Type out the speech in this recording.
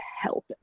help